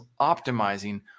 optimizing